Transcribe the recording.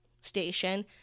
station